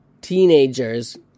teenagers